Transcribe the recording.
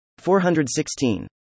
416